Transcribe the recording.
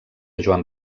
joan